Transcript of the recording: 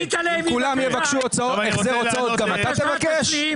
אם כולם יבקשו החזר הוצאות גם אתה תבקש?